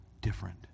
different